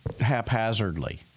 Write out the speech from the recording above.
haphazardly